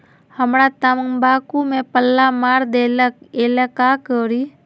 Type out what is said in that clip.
हमरा तंबाकू में पल्ला मार देलक ये ला का करी?